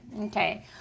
Okay